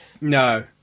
no